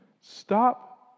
Stop